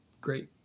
great